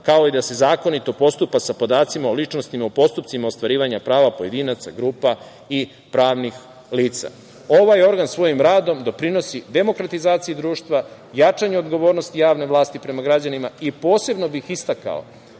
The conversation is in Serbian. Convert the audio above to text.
kao i da se zakonito postupa sa podacima o ličnostima u postupcima ostvarivanja prava pojedinaca, grupa i pravnih lica. Ovaj organ svojim radom doprinosi demokratizaciji društva, jačanju odgovornosti javne vlasti prema građanima i posebno bih istakao